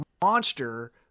monster